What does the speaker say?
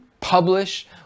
publish